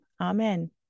amen